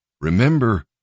Remember